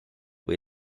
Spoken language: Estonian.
või